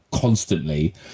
constantly